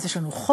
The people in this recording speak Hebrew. אז יש לנו חוק,